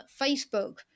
Facebook